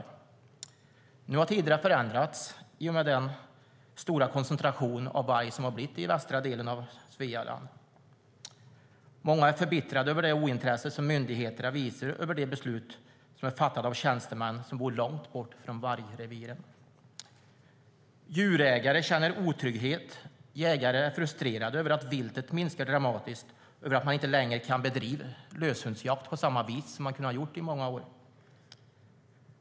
Djurägare känner otrygghet, och jägare är frustrerade över att viltet minskar dramatiskt och över att de inte längre kan bedriva löshundsjakt på samma vis som de har kunnat göra i många år.